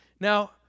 Now